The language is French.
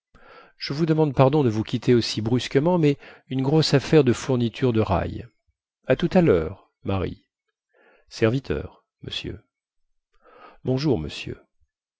je vous demande pardon de vous quitter aussi brusquement mais une grosse affaire de fourniture de rails à tout à lheure marie serviteur monsieur bonjour monsieur